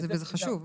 וזה חשוב.